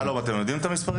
שלום, אתם יודעים את המספרים?